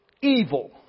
evil